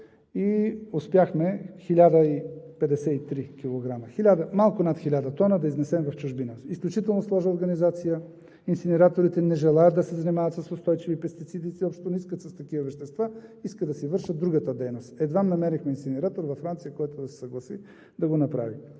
и успяхме малко над 1000 тона да изнесем в чужбина. Изключително сложна организация – инсинераторите не желаят да се занимават с устойчиви пестициди, не искат с такива вещества, искат да си вършат другата дейност. Едвам намерихме инсинератор във Франция, който да се съгласи да го направи.